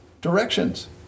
directions